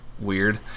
weird